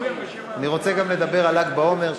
אני רוצה גם לדבר על ל"ג בעומר,